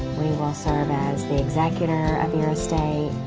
we will serve as the executor of your estate.